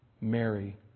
Mary